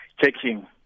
checking